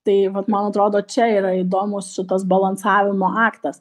tai vat man atrodo čia yra įdomus šitas balansavimo aktas